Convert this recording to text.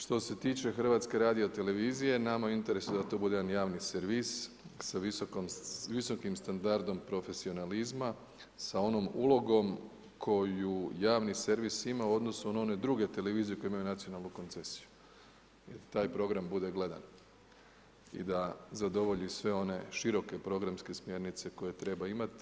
Što se tiče Hrvatske radiotelevizije nama je u interesu da to bude jedan javni servis sa visokim standardom profesionalizma, sa onom ulogom koju javni servis ima u odnosu na one druge televizije koje imaju nacionalnu koncesiju jer taj program bude gledan i da zadovolji sve one široke programske smjernice koje treba imati.